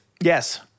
Yes